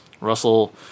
Russell